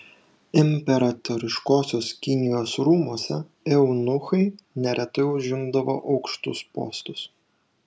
imperatoriškosios kinijos rūmuose eunuchai neretai užimdavo aukštus postus